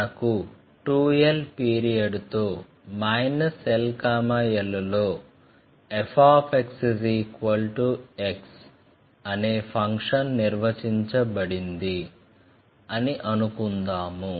మనకు 2l పీరియడ్తో l l లో fx x అనే ఫంక్షన్ నిర్వచించబడింది అని అనుకుందాము